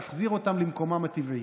נחזיר אותם למקומם הטבעי.